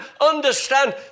understand